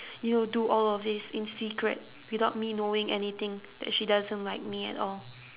you know do all of this in secret without me knowing anything that she doesn't like me at all